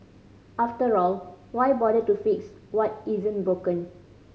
after all why bother to fix what isn't broken